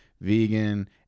vegan